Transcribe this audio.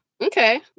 okay